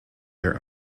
their